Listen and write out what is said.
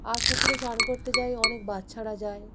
আর পুকুরে স্নান করতে যাই অনেক বাচ্চারা যায়